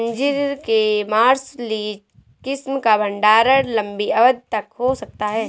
अंजीर के मार्सलीज किस्म का भंडारण लंबी अवधि तक हो सकता है